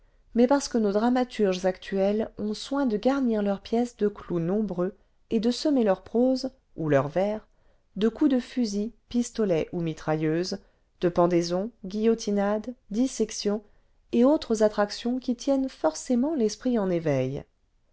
mais parce que nos dramaturges actuels ont soin de garnir leurs pièces de clous'nombreux et de semer leur prose ou leurs'vers de coups de fusil pistolet ou mitrailleuse de pendaisons guillotinades dissections et antres attractions qui tiennent forcément l'esprit en éveil